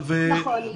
נכון.